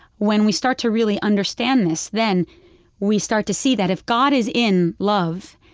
when we start to really understand this, then we start to see that. if god is in love,